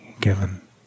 given